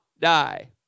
die